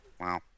Wow